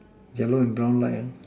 yellow and brown light